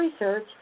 research